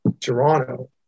Toronto